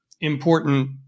important